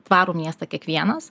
tvarų miestą kiekvienas